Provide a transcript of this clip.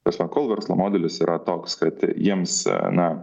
ta prasme kol verslo modelis yra toks kad jiems na